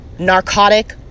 Narcotic